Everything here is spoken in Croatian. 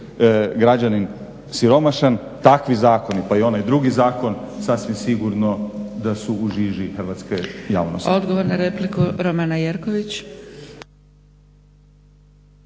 građanin siromašan takvi zakoni pa i onaj drugi zakon sasvim sigurno da su u žiži hrvatske javnosti.